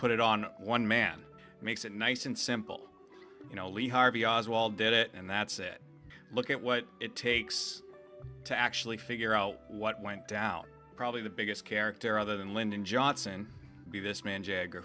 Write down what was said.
it on one man makes it nice and simple you know lee harvey oswald did it and that's a look at what it takes to actually figure out what went down probably the biggest character other than lyndon johnson be this man jagger